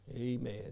Amen